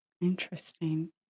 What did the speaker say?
Interesting